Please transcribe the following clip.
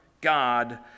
God